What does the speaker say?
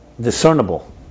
discernible